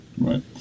Right